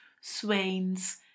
swains